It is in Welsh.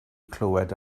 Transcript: clywed